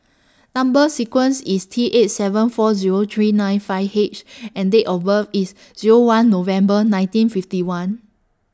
Number sequence IS T eight seven four Zero three nine five H and Date of birth IS Zero one November nineteen fifty one